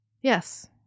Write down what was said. Yes